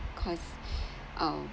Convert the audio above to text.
cause um